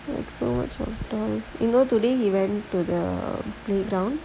it's so much more you know today he went to the playground